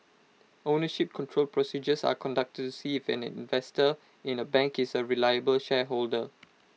ownership control procedures are conducted to see if an investor in A bank is A reliable shareholder